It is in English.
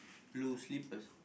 blue slippers